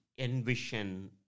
envision